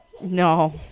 No